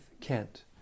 Kent